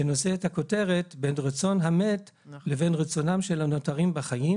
שנושא את הכותרת "בין רצון המת לבין רצונם של הנותרים בחיים: